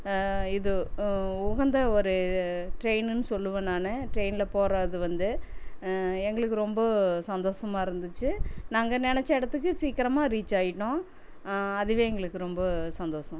இது உகந்த ஒரு ட்ரெயினுன்னு சொல்லுவேன் நான் ட்ரெயின்ல போகிறது வந்து எங்களுக்கு ரொம்ப சந்தோசமாக இருந்துச்சு நாங்கள் நினச்ச இடத்துக்கு சீக்கரமாக ரீச் ஆயிட்டோம் அதுவே எங்களுக்கு ரொம்ப சந்தோசம்